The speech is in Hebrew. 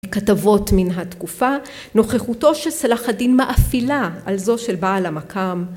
כתבות מן התקופה נוכחותו של צלאח אלדין מאפילה על זו של בעל המקאם